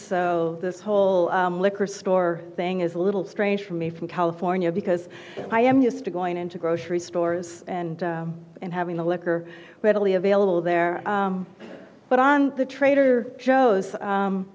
so this whole liquor store thing is a little strange for me from california because i am used to going into grocery stores and and having the liquor readily available there but on the trader joe's